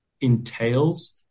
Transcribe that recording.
entails